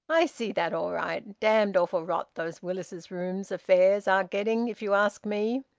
i see that all right! damned awful rot those willis's rooms affairs are getting, if you ask me!